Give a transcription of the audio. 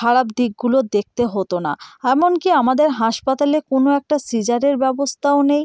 খারাপ দিকগুলো দেখতে হতো না এমন কী আমাদের হাসপাতালে কোনো একটা সিজারের ব্যবস্থাও নেই